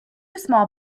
small